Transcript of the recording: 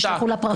שישלחו לה פרחים?